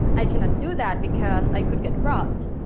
i cannot do that because i could get robbed.